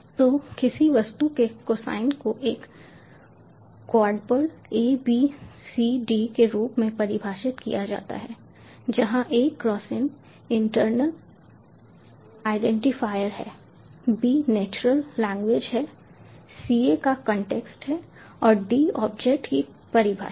तो किसी वस्तु के कोसाइन को एक quadruple A B C D के रूप में परिभाषित किया जाता है जहां A कॉसिन इंटरनल आईडेंटिफायर है B नेचुरल लैंग्वेज है C A का कॉन्टेक्स्ट है और D ऑब्जेक्ट की परिभाषा है